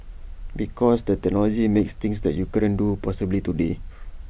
because the technology makes things that you couldn't do possible today